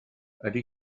ydy